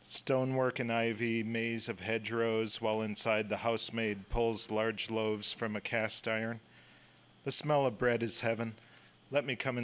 stonework an ivy maze of head dros while inside the house made poles large loaves from a cast iron the smell of bread is heaven let me come